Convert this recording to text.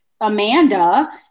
Amanda